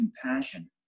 compassion